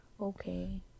okay